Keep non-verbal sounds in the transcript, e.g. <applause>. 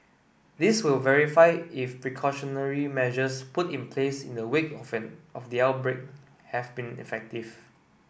this will verify if precautionary measures put in place in the wake <unintelligible> of the outbreak have been effective